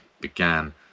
began